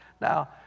Now